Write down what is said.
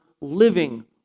living